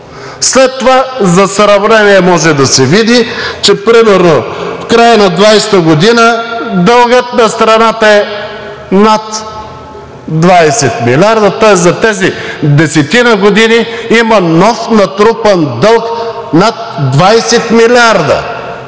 След това за сравнение може да се види, че примерно в края на 2020 г. дългът на страната е над 20 милиарда. Тоест за тези десетина години има нов натрупан дълг над 20 милиарда.